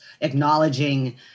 acknowledging